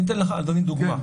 אני אתן לך דוגמה, אדוני.